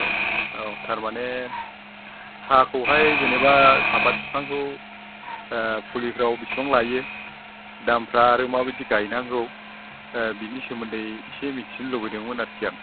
औ थारमाने साहाखौहाय जेनेबा साफात बिफांखौ फुलिफोराव बेसेबां लायो दामफोरा आरो माबायदि गायनांगौ बिनि सोमोनदै इसे मिथिनो लुबैदोंमोन आरोखि आं